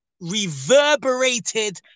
reverberated